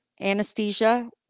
anesthesia